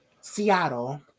Seattle